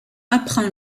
apprend